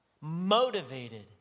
motivated